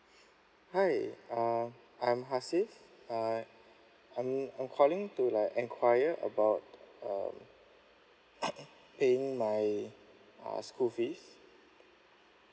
hi uh I'm hasif uh I I'm I'm calling to like enquire about um paying my uh school fees